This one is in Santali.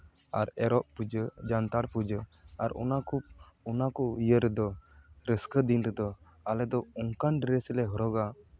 ᱟᱨ ᱮᱨᱚᱜ ᱯᱩᱡᱟᱹ ᱡᱟᱱᱛᱷᱟᱲ ᱯᱩᱡᱟᱹ ᱟᱨ ᱚᱱᱟᱠᱚ ᱚᱱᱟ ᱠᱚ ᱤᱭᱟᱹ ᱨᱮᱫᱚ ᱨᱟᱹᱥᱠᱟᱹ ᱫᱤᱱ ᱨᱮᱫᱚ ᱟᱞᱮᱫᱚ ᱚᱱᱠᱟᱱ ᱰᱨᱮᱥ ᱞᱮ ᱦᱚᱨᱚᱜᱟ